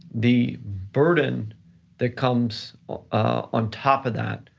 the burden that comes on top of that,